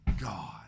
God